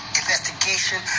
investigation